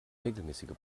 regelmäßige